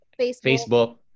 Facebook